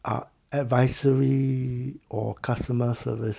uh advisory or customer service